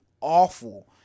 awful